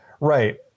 Right